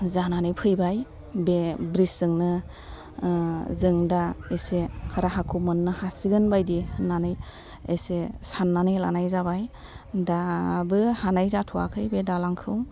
जानानै फैबाय बे ब्रिसजोंनो जों दा एसे राहाखौ मोननो हासिगोन बायदि होनानै एसे सान्नानै लानाय जाबाय दाबो हानाय जाथ'वाखै बे दालांखौ